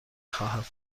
خواهم